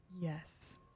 Yes